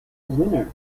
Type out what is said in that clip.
winner